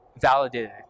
validated